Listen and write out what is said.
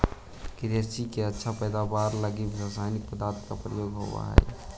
कृषि के अच्छा पैदावार लगी रसायनिक पदार्थ के प्रयोग होवऽ हई